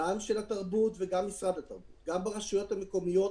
גם של התרבות וגם של משרד התרבות וגם ברשויות המקומיות,